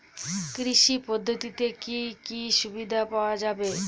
কৃষি পদ্ধতিতে কি কি সুবিধা পাওয়া যাবে?